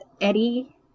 eddie